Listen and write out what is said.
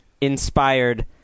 inspired